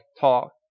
talk